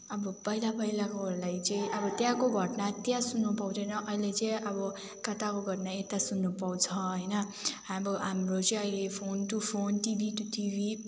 अब पहिला पहिलाकोहरूलाई चाहिँ अब त्यहाँको घटना त्यहाँ सुन्नु पाउँथेन अहिले चाहिँ अब कताको घतना यता सुन्न पाउँछ होइन अब हाम्रो चाहिँ अहिले phone to phone TV to TV